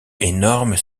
énormes